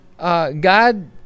God